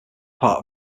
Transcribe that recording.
part